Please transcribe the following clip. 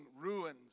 ruins